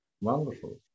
Wonderful